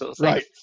Right